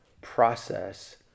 process